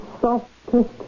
softest